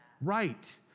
Right